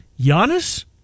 Giannis